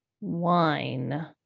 wine